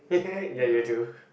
ya you do